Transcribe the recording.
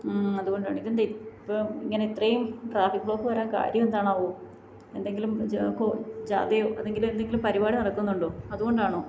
അതുകൊണ്ടാണ് ഇതെന്താ ഇപ്പം ഇങ്ങനെ ഇത്രയും ട്രാഫിക്ക് ബ്ലോക്ക് വരാന് കാര്യം എന്താണാവോ എന്തെങ്കിലും ജാഥയോ അല്ലെങ്കിൽ എന്തെങ്കിലും പരിപാടി നടക്കുന്നുണ്ടോ അതുകൊണ്ടാണോ